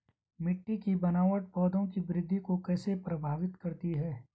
मिट्टी की बनावट पौधों की वृद्धि को कैसे प्रभावित करती है?